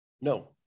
no